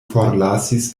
forlasis